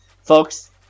folks